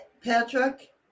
Patrick